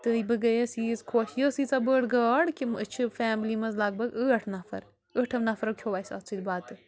تہٕ بہٕ گٔیَس ییٖژ خۄش یہِ ٲس ییٖژاہ بٔڈ گاڈ کہِ أسۍ چھِ فیملی منٛز لَگ بگ ٲٹھ نَفر ٲٹھو نَفرو کھیوٚو اَسہِ اَتھ سۭتۍ بَتہٕ